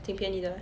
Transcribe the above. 挺便宜的 leh